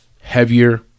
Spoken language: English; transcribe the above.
heavier